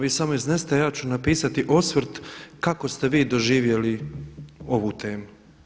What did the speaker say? Vi samo iznesite ja ću napisati osvrt kako ste vi doživjeli ovu temu.